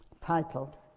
title